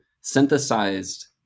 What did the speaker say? synthesized